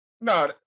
no